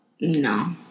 No